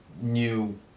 new